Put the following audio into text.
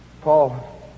Paul